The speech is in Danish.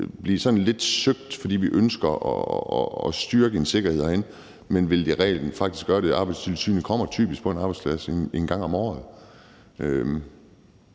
blive sådan lidt søgt, fordi vi ønsker at styrke en sikkerhed herindefra, men ville vi i reglen faktisk gøre det? Arbejdstilsynet kommer typisk på en arbejdsplads en gang om året.